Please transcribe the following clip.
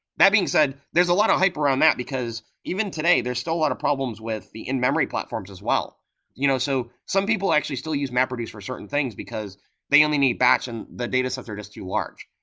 that being said, there's a lot of hype around that, because even today, there's still a lot of problems with the in-memory platforms as well you know so some people actually still use mapreduce for certain things, because they only need batch and the data center is too large.